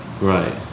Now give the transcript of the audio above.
Right